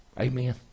Amen